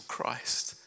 Christ